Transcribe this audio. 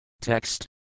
Text